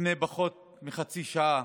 לפני פחות מחצי שעה